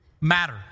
matter